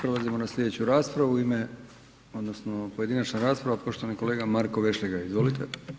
Prelazimo na slijedeću raspravu u ime, odnosno pojedinačna rasprava poštovani kolega Marko Vešligaj, izvolite.